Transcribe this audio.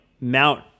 Mount